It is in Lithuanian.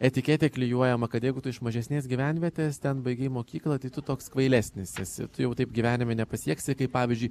etiketė klijuojama kad jeigu tu iš mažesnės gyvenvietės ten baigei mokyklą tai toks kvailesnis esi tu jau taip gyvenime nepasieksi kaip pavyzdžiui